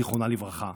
זיכרונה לברכה,